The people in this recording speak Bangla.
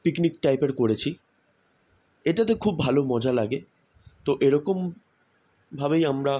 পিকনিক টাইপের করেছি এটাতে খুব ভালো মজা লাগে তো এরকমভাবেই আমরা